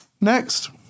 Next